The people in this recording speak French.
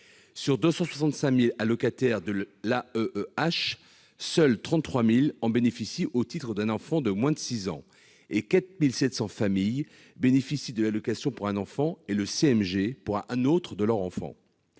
sur 265 000 allocataires de l'AEEH, seuls 33 000 en bénéficient au titre d'un enfant de moins de 6 ans et 4 700 familles bénéficient de l'allocation pour un enfant et du CMG pour un autre de leurs enfants.